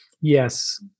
Yes